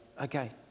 okay